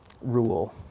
rule